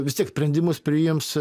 vis tiek sprendimus priims